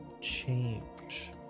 change